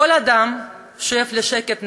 כל אדם שואף לשקט נפשי,